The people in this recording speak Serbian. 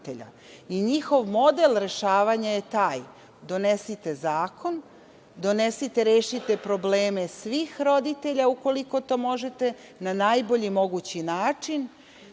i njihov model rešavanja je taj, donesite zakon, rešite probleme svih roditelja ukoliko to možete na najbolji mogući način,